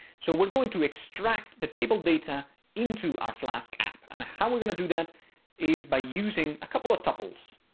so we're going to extract the table data into our flask app. and how are we going to do that is by using a couple of tuples.